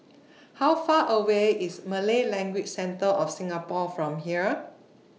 How Far away IS Malay Language Centre of Singapore from here